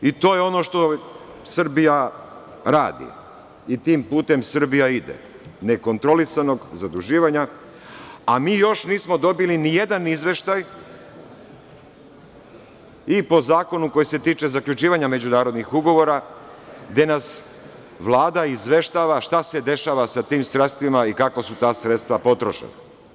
I to je ono što Srbija radi i tim putem Srbija ide, nekontrolisanog zaduživanja, a mi još nismo dobili nijedan izveštaj i po zakonu koji se tiče zaključivanja međunarodnih ugovora, gde nas Vlada izveštava šta se dešava sa tim sredstvima i kako su ta sredstva potrošena.